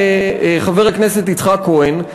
חבר הכנסת יצחק כהן,